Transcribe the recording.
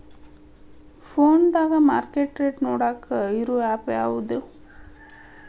ಫೋನದಾಗ market rate ನೋಡಾಕ್ ಇರು ಆ್ಯಪ್ ಯಾವದು?